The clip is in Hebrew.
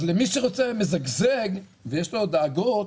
אז מי שמזגזג ויש לו דאגות,